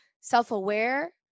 self-aware